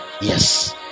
Yes